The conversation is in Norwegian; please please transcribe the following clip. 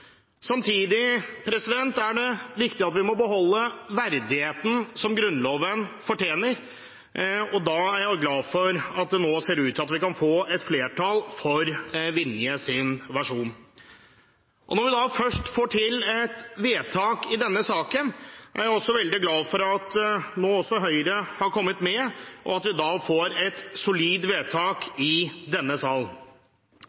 Samtidig er det viktig at vi må beholde verdigheten som Grunnloven fortjener, og da er jeg glad for at det nå ser ut til at vi kan få et flertall for Vinjes versjon. Når vi først får til et vedtak i denne saken, er jeg også veldig glad for at også Høyre nå har kommet med, slik at vi får et solid vedtak